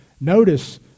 Notice